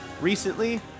recently